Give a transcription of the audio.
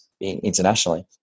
internationally